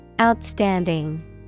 Outstanding